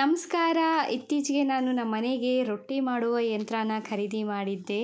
ನಮಸ್ಕಾರ ಇತ್ತೀಚಿಗೆ ನಾನು ನಮ್ಮ ಮನೆಗೆ ರೊಟ್ಟಿ ಮಾಡುವ ಯಂತ್ರಾನ ಖರೀದಿ ಮಾಡಿದ್ದೆ